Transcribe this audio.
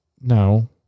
no